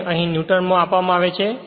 N અહીં તે Newton આપવામાં આવે છે